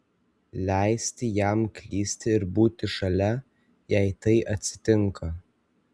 leisti jam klysti ir būti šalia jei tai atsitinka